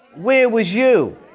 where was you,